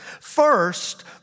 First